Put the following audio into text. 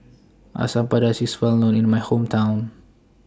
Asam Pedas IS Well known in My Hometown